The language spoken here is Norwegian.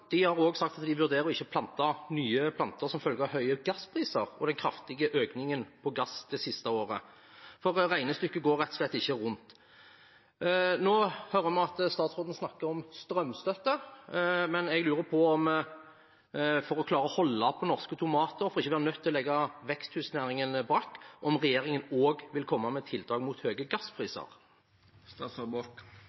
har også sagt at de vurderer å ikke plante nye planter som følge av høye gasspriser og den kraftige økningen i prisen på gass det siste året, for regnestykket går rett og slett ikke opp. Nå hører vi at statsråden snakker om strømstøtte, men jeg lurer på om regjeringen, for å klare å holde på norske tomater og for ikke å være nødt til å legge veksthusnæringen brakk, også vil komme med tiltak mot